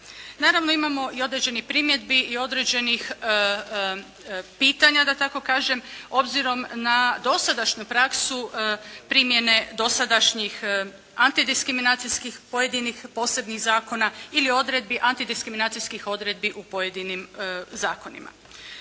Naravno imamo i određenih primjedbi i određenih pitanja, da tako kažem obzirom na dosadašnju praksu, primjene dosadašnjih antidiskriminacijskih, pojedenih posebnih zakona ili odredbi antidiskriminacijskih odredbi u pojedinim zakonima.